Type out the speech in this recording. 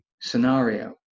scenario